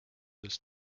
just